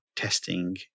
testing